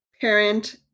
parent